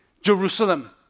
Jerusalem